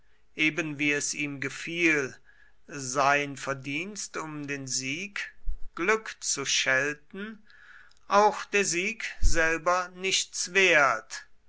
eben wie es ihm gefiel sein verdienst um den sieg glück zu schelten auch der sieg selber nichts wert